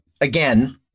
again